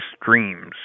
dreams